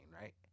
right